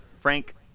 Frank